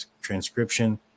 transcription